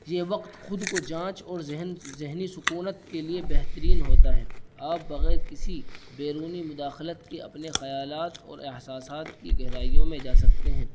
یہ وقت خود کو جانچ اور ذہن ذہنی سکونت کے لیے بہترین ہوتا ہے آپ بغیر کسی بیرونی مداخلت کے اپنے خیالات اور احساسات کی گہرائیوں میں جا سکتے ہیں